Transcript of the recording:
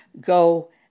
go